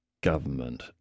government